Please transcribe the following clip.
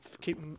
keep